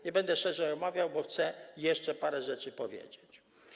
Nie będę szerzej tego omawiał, bo chcę jeszcze parę rzeczy powiedzieć.